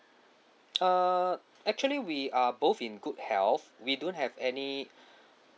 err actually we are both in good health we don't have any